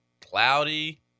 cloudy